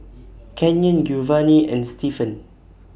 Canyon Giovani and Stefan